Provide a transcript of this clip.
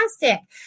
fantastic